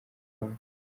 bana